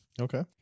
Okay